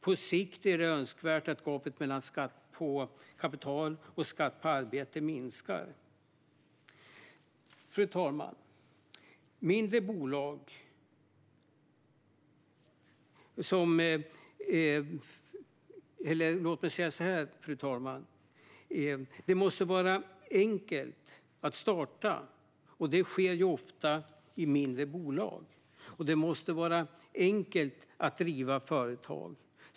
På sikt är det önskvärt att gapet mellan skatt på kapital och skatt på arbete minskar. Fru talman! Det måste vara enkelt att starta företag, och det sker ofta i mindre bolag. Det måste vara enkelt att driva företag.